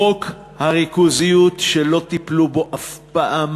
חוק הריכוזיות, שלא טיפלו בו אף פעם,